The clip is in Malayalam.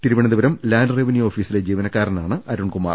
തിരുവനന്തപുരം ലാന്റ് റവന്യൂ ഓഫീസിലെ ജീവനക്കാരനാണ് അരുൺകു മാർ